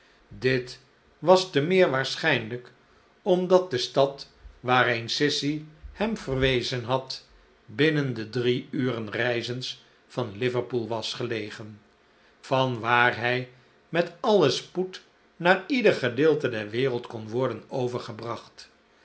dit was te meer waarschijnlijk omdat de stad waarheen sissy hem verwezen had binnen de drie uren reizens van liverpool was gelegen van waar hij met alien spoed naar ieder gedeelte der wereld kon worden overgebracht